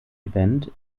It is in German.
event